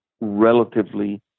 relatively